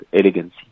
elegance